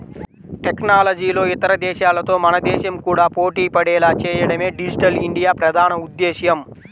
టెక్నాలజీలో ఇతర దేశాలతో మన దేశం కూడా పోటీపడేలా చేయడమే డిజిటల్ ఇండియా ప్రధాన ఉద్దేశ్యం